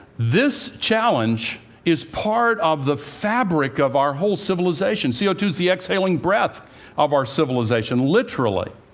this challenge is part of the fabric of our whole civilization. c o two is the exhaling breath of our civilization, literally.